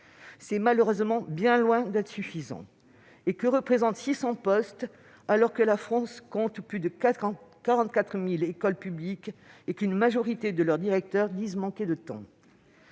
C'est malheureusement bien loin d'être suffisant ! Et que représentent 600 postes, alors que la France compte plus de 44 000 écoles publiques et qu'une majorité de leurs directeurs disent manquer de temps